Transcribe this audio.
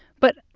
but,